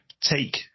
take